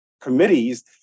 committees